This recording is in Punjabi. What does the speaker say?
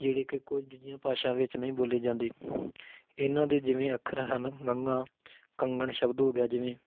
ਜਿਹੜੇ ਕਿ ਕੁਝ ਭਾਸ਼ਾ ਵਿੱਚ ਨਹੀਂ ਬੋਲੇ ਜਾਂਦੇ ਇਹਨਾਂ ਦੇ ਜਿਵੇਂ ਅੱਖਰ ਹਨ ਗੰਘਾਂ ਕੰਗਣ ਸ਼ਬਦ ਹੋ ਗਿਆ ਜਿਵੇਂ